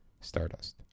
Stardust